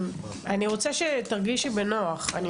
אני רוצה שתרגישי בנוח כי אני